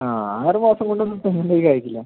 ആ ആറ് മാസം കൊണ്ട് ഒന്നും തെങ്ങും തൈ കായ്ക്കില്ല